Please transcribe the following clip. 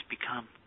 become